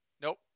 Nope